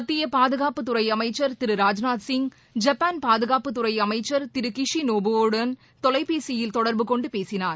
மத்திய பாதுகாப்புத்துறை அமைச்சர் திரு ராஜ்நாத் சிங் ஜப்பான் பாதகாப்புத்துறை அமைச்சர் திரு கிஷி நோபோ வுடன் தொலைபேசியில் தொடர்பு கொண்டு பேசினார்